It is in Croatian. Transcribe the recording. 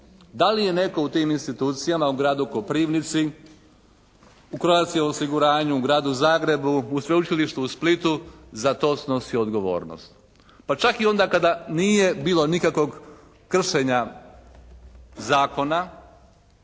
Da li je netko u tim institucijama u Gradu Koprivnici, u Croatia osiguranju, u Gradu Zagrebu, u Sveučilištu u Splitu za to snosio odgovornost? Pa čak i onda kada nije bilo nikakvog kršenja zakona